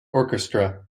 orchestra